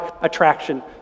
attraction